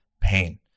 pain